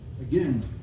again